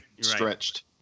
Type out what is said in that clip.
Stretched